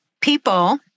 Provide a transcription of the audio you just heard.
people